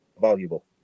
valuable